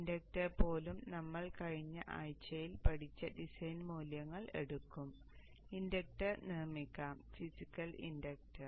inductor പോലും നമ്മൾ കഴിഞ്ഞ ആഴ്ചയിൽ പഠിച്ച ഡിസൈൻ മൂല്യങ്ങൾ എടുക്കും ഇൻഡക്റ്റർ നിർമ്മിക്കാം ഫിസിക്കൽ ഇൻഡക്റ്റർ